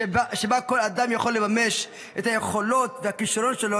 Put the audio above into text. שבה כל אדם יכול לממש את היכולות והכישרונות שלו,